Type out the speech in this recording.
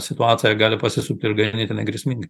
situacija gali pasisukt ir ganėtinai grėsmingai